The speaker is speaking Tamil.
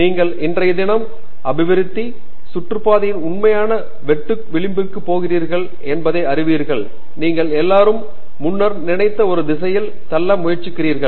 நீங்கள் இன்றைய தினம் அபிவிருத்தி சுற்றுப்பாதையின் உண்மையான வெட்டு விளிம்புக்கு போகிறீர்கள் என்பதை அறிவீர்கள் நீங்கள் எல்லோரும் முன்னர் நினைத்த ஒரு திசையில் தள்ள முயற்சிக்கிறீர்கள்